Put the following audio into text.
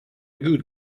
good